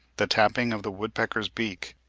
the tapping of the woodpecker's beak,